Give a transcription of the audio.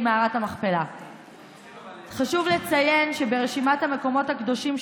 יותר חשוב, אני פונה מכאן לכל ההורים של